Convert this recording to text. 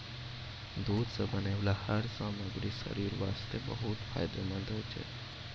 दूध सॅ बनै वाला हर सामग्री शरीर वास्तॅ बहुत फायदेमंंद होय छै